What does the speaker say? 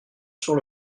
sur